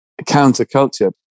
counterculture